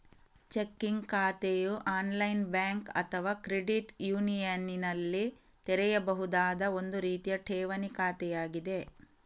checking ಖಾತೆಯು online bank ಅಥವಾ credit ಯೂನಿಯನಿನಲ್ಲಿ ತೆರೆಯಬಹುದಾದ ಒಂದು ರೀತಿಯ ಠೇವಣಿ ಖಾತೆಯಾಗಿದೆ